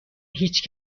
هیچ